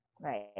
Right